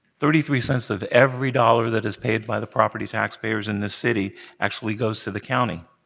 thirty three cents of every dollar that is paid by the property taxpayers in this city actually goes to the county,